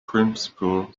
principle